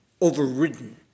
overridden